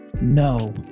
no